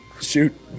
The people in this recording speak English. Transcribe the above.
shoot